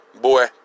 boy